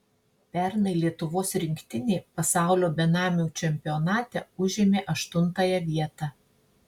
pernai lietuvos rinktinė pasaulio benamių čempionate užėmė aštuntąją vietą